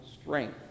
strength